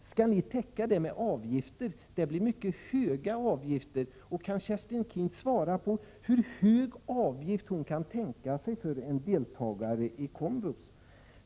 Skall ni täcka det med avgifter? Det blir mycket höga avgifter. Hur höga avgifter kan Kerstin Keen tänka sig för en deltagare i komvux?